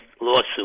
lawsuit